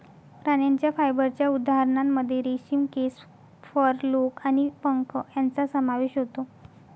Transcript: प्राण्यांच्या फायबरच्या उदाहरणांमध्ये रेशीम, केस, फर, लोकर आणि पंख यांचा समावेश होतो